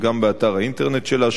וגם באתר האינטרנט שלה,